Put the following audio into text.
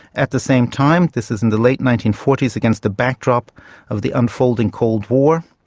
at the same time, this is in the late nineteen forty s against the backdrop of the unfolding cold war,